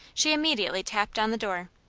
she immediately tapped on the door.